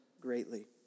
greatly